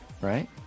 right